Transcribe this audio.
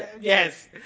Yes